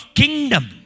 kingdom